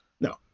No